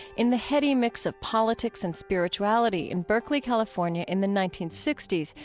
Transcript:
in the heady mix of politics and spirituality in berkeley, california, in the nineteen sixty s.